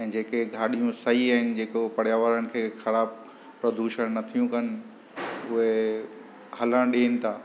ऐं जेके गाॾियूं सही आहिनि जेको पर्यावरण खे ख़राबु प्रदूषण नथियूं कनि उहे हलण ॾिनि था